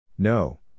No